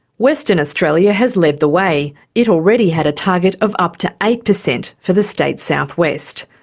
western australia has led the way it already had a target of up to eight per cent for the state's southwest.